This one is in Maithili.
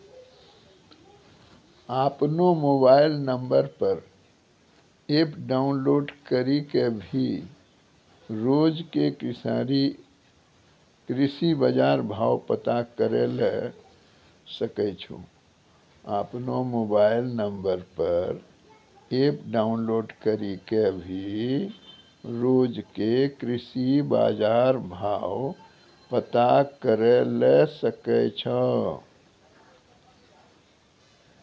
आपनो मोबाइल नंबर पर एप डाउनलोड करी कॅ भी रोज के कृषि बाजार भाव पता करै ल सकै छो